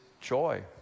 joy